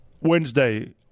Wednesday